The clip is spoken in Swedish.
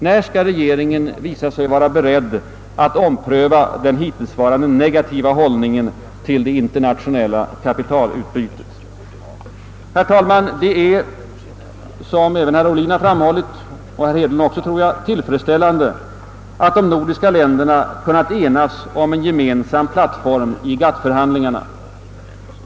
När skall regeringen visa sig beredd att ompröva den hittillsvarande negativa hållningen till det internationella kapitalutbytet? Herr talman! Det är — som även herr Ohlin och, tror jag, herr Hedlund har framhållit — tillfredsställande att de nordiska länderna kan enas om en gemensam plattform i GATT-förhandlingarna.